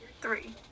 Three